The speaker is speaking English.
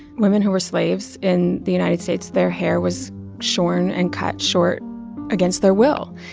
women who were slaves in the united states, their hair was shorn and cut short against their will.